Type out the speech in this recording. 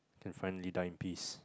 can finally die in peace